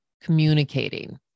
communicating